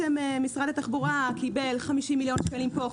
משרד התחבורה קיבל 50 מיליון שקלים פה,